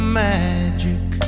magic